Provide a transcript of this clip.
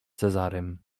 cezarym